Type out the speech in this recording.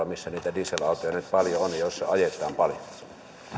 missä niitä die selautoja nyt paljon on ja missä ajetaan paljon